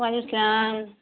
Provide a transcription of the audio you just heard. وعلیکم السّلام